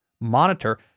monitor